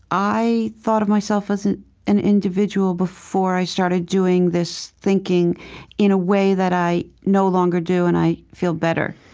i thought of myself as an individual before i started doing this thinking in a way that i no longer do and i feel better.